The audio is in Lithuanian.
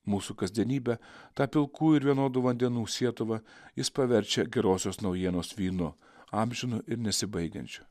mūsų kasdienybę tą pilkų ir vienodų vandenų sietuvą jis paverčia gerosios naujienos vynu amžinu ir nesibaigiančiu